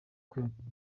kwiyongera